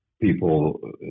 people